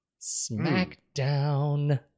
Smackdown